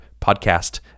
podcast